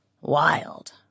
wild